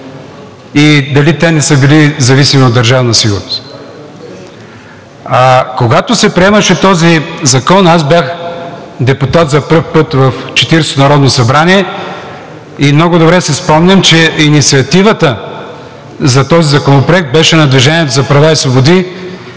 и дали те не са били зависими от Държавна сигурност. Когато се приемаше този закон, аз бях депутат за пръв път в 40-ото народно събрание и много добре си спомням, че инициативата за този законопроект беше на „Движение за права и свободи“